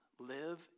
live